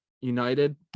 United